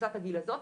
בקבוצת הגיל הזאת,